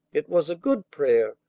it was a good prayer,